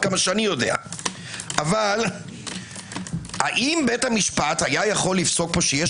כמה שאני יודע אבל האם בית המשפט היה יכול לפסוק פה שיש